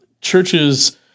Churches